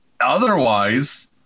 otherwise